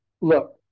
look